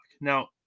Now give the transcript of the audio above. Now